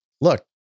look